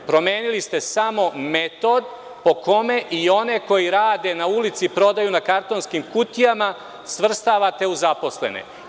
Promenili ste samo metod po kome i one koji rade na ulici, prodaju na kartonskim kutijama, svrstavate u zaposlene.